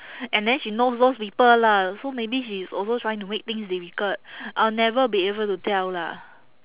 and then she know those people lah so maybe she's also trying to make things difficult I will never be able to tell lah